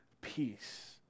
peace